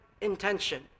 intention